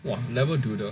!wah! labra-doodle